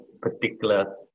particular